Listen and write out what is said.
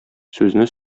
сүзне